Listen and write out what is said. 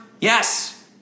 yes